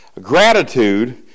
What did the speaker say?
gratitude